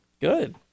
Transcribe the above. good